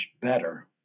better